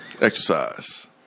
exercise